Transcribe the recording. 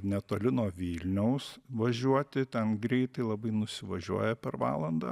netoli nuo vilniaus važiuoti ten greitai labai nusivažiuoja per valandą